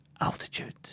Altitude